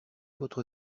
votre